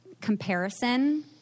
comparison